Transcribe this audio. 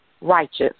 righteous